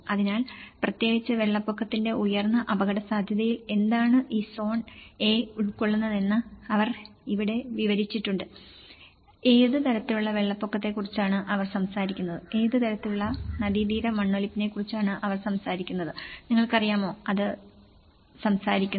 അതിനാൽ പ്രത്യേകിച്ച് വെള്ളപ്പൊക്കത്തിന്റെ ഉയർന്ന അപകടസാധ്യതയിൽ എന്താണ് ഈ സോൺ എ ഉൾക്കൊള്ളുന്നതെന്ന് അവർ ഇവിടെ വിവരിച്ചിട്ടുണ്ട് ഏത് തരത്തിലുള്ള വെള്ളപ്പൊക്കത്തെക്കുറിച്ചാണ് അവർ സംസാരിക്കുന്നത് ഏത് തരത്തിലുള്ള നദീതീര മണ്ണൊലിപ്പിനെക്കുറിച്ചാണ് അവർ സംസാരിക്കുന്നത് നിങ്ങൾക്കറിയാമോ അത് സംസാരിക്കുന്നു